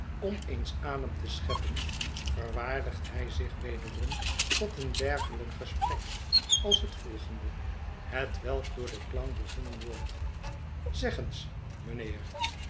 om eens adem te scheppen verwaardigt hij zich wederom tot een dergelijk gesprek als het volgende hetwelk door den clown begonnen wordt zeg eens mijnheerl